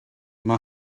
mae